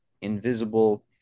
invisible